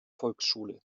volksschule